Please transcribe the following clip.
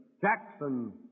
Jackson